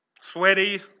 Sweaty